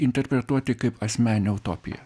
interpretuoti kaip asmeninę utopiją